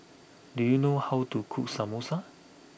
do you know how to cook Samosa